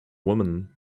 woman